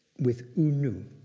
with u nu,